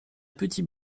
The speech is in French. petit